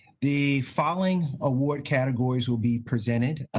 the following award categories will be presented.